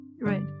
Right